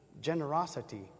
generosity